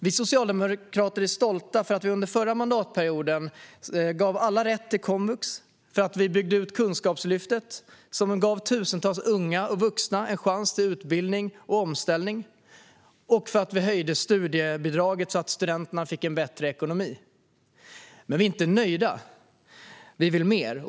Vi socialdemokrater är stolta över att vi under den förra mandatperioden gav alla rätt till komvux, byggde ut Kunskapslyftet, som gav tusentals unga och vuxna en chans till utbildning och omställning, och höjde studiebidraget så att studenterna fick en bättre ekonomi. Men vi är inte nöjda, utan vi vill mer.